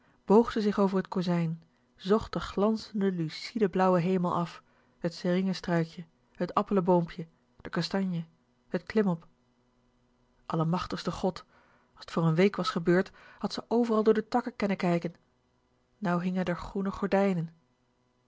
boog ze zich over t kozijn zocht den glanzenden luciede blauwen hemel af t seringenstruikje t appelenboompje den kastanje t klimop allemachtigste god as t voor n week was gebeurd had ze overal door de takken kennen kijken nou hingen d'r groene gordijnen